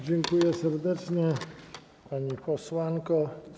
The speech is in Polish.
Dziękuję serdecznie, pani posłanko.